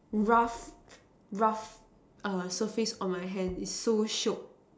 rough rough err surface on my hand is so shiok